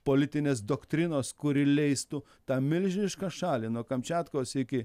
politinės doktrinos kuri leistų tą milžinišką šalį nuo kamčiatkos iki